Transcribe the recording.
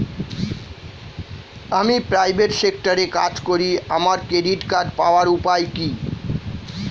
আমি প্রাইভেট সেক্টরে কাজ করি আমার ক্রেডিট কার্ড পাওয়ার উপায় কি?